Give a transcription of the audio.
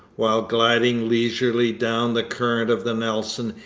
while gliding leisurely down the current of the nelson,